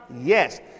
Yes